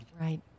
Right